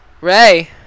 Ray